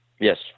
yes